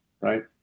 right